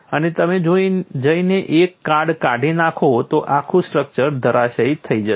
અને તમે જઈને એક કાર્ડ કાઢી નાખો તો આખું સ્ટ્રક્ચર ધરાશાયી થઈ જશે